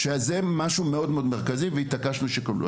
לכן התעקשנו שהם יקבלו.